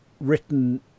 written